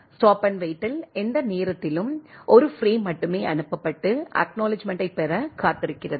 stop and வெயிட்டில் எந்த நேரத்திலும் 1 பிரேம் மட்டுமே அனுப்பப்பட்டு அக்நாலெட்ஜ்மெண்ட்டை பெற காத்திருக்கிறது